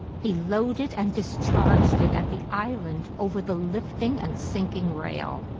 he loaded and discharged it at the island over the lifting and sinking rail.